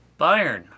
Bayern